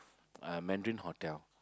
uh Mandarin-Hotel